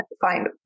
find